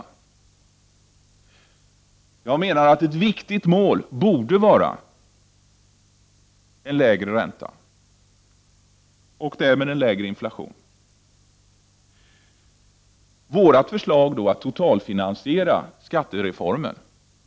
Jag menar att ett viktigt mål borde vara en lägre ränta och därmed en lägre inflation. Vårt förslag totalfinansierar skattereformen.